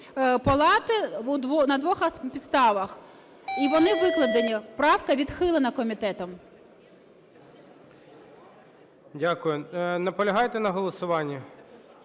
палати на двох підставах, і вони викладені. Правка відхилена комітетом. ГОЛОВУЮЧИЙ. Дякую. Наполягаєте на голосуванні?